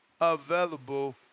Available